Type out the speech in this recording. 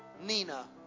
Nina